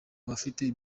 bafite